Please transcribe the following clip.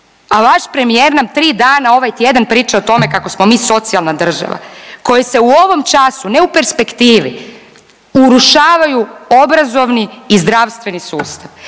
A vaš premijer nam 3 dana ovaj tjedan priča o tome kako smo mi socijalna država kojoj se u ovom času, ne u perspektivi, urušavaju obrazovni i zdravstveni sustav